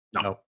No